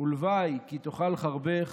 ולוואי כי תאכל חרבך